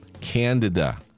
candida